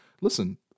listen